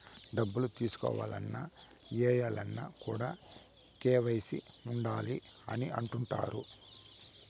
డబ్బులు తీసుకోవాలన్న, ఏయాలన్న కూడా కేవైసీ ఉండాలి అని అంటుంటారు